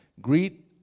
Greet